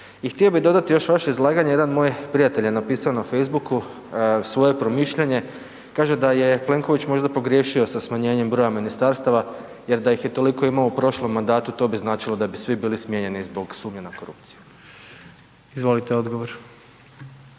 htio bih dodati još u vaše izlaganje jedan moj prijatelj je napisao u facebooku svoje promišljanje kaže da je Plenković možda pogriješio sa smanjenjem broj ministarstava jer da ih je toliko imao u prošlom mandatu to bi značilo da bi svi bili smijenjeni zbog sumnje na korupciju. **Jandroković,